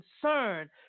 concern